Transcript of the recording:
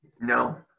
No